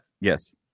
Yes